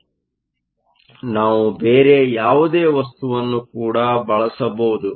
ಆದರೆ ನಾವು ಬೇರೆ ಯಾವುದೇ ವಸ್ತುವನ್ನು ಕೂಡ ಬಳಸಬಹುದು